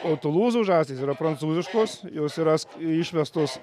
o tulūzos žąsys yra prancūziškos jos yra s išvestos